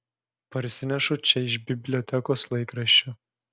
parsinešu čia iš bibliotekos laikraščių